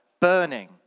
burning